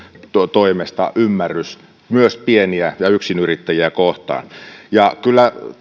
toimesta ymmärrys myös pien ja yksinyrittäjiä kohtaan ja kyllä